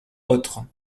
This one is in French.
autres